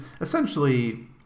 essentially